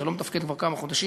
שלא מתפקד כבר כמה חודשים,